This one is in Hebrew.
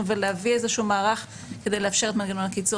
ולהביא איזשהו מערך כדי לאפשר את מנגנון הקיצור.